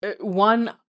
one